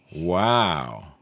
Wow